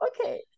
Okay